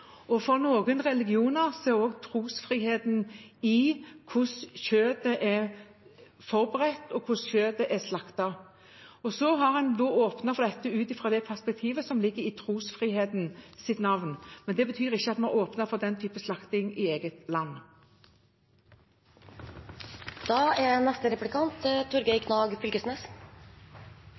rettighet for enkeltmennesket. For noen religioner er trosfriheten også knyttet til hvordan kjøttet er tilberedt, og hvordan dyret slaktet. Vi har åpnet for dette i trosfrihetens navn, men det betyr ikke at vi har åpnet for den typen slakting i vårt eget